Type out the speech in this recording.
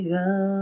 go